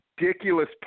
ridiculous